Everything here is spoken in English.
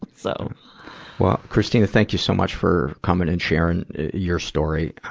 so christina, thank you so much for coming and sharing your story.